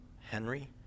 Henry